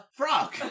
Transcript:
frog